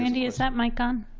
randy, is that mic on?